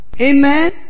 Amen